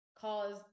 cause